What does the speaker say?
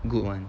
good [one]